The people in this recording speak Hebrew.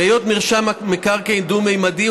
בהיות מרשם המקרקעין דו-ממדי,